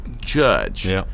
judge